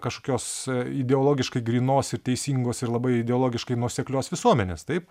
kažkokios ideologiškai grynos ir teisingos ir labai ideologiškai nuoseklios visuomenės taip